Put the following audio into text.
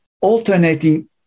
alternating